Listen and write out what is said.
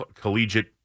collegiate